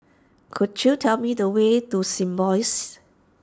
could you tell me the way to Symbiosis